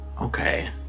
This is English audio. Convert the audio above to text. okay